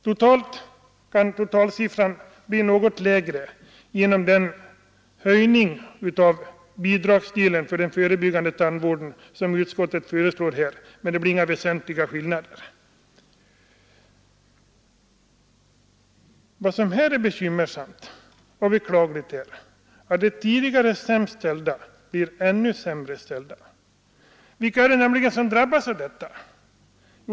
Totalt kan siffran bli något lägre genom den höjning av bidragsdelen för den förebyggande tandvården som utskottet föreslår här, men det blir inga väsentliga skillnader. Vad som här är bekymmersamt och beklagligt är att de tidigare sämst ställda blir ännu sämre ställda. Vilka är det nämligen som drabbas av detta?